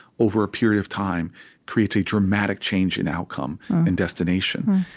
over a period of time creates a dramatic change in outcome and destination.